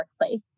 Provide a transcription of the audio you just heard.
workplace